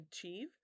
achieve